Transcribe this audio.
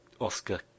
Oscar